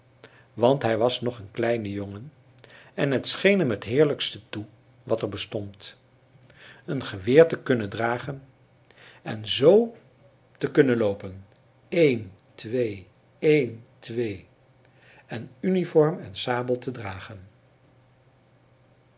want hij was nog een kleine jongen en het scheen hem het heerlijkste toe wat er bestond een geweer te kunnen dragen en z te kunnen loopen een twee een twee en uniform en sabel te dragen